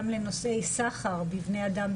גם לנושאי סחר בבני אדם,